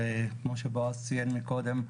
כמו שבועז ציין מקודם,